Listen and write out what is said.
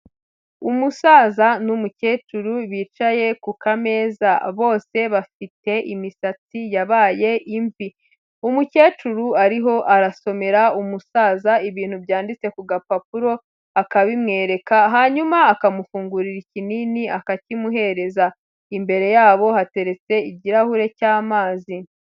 Umusaza n'umukecuru bicaye ku kameza, bose bafite imisatsi yabaye imvi, umukecuru ariho arasomera umusaza ibintu byanditse ku gapapuro akabimwereka, hanyuma akamufungurira ikinini akakimuhereza, imbere yabo hatereretse ikirahure cy'amazi.